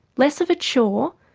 less of a chore,